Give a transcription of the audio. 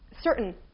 Certain